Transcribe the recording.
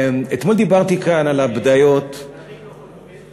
אתמול דיברתי כאן על הבדיות, המיקרופון עובד?